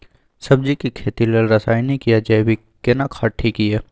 सब्जी के खेती लेल रसायनिक या जैविक केना खाद ठीक ये?